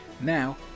Now